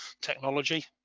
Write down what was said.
technology